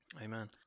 Amen